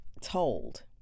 told